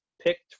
picked